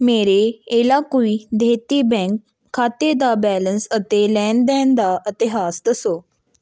ਮੇਰੇ ਏਲਾਕੁਈ ਦੇਹਤੀ ਬੈਂਕ ਖਾਤੇ ਦਾ ਬੈਲੰਸ ਅਤੇ ਲੈਣ ਦੇਣ ਦਾ ਇਤਿਹਾਸ ਦੱਸੋ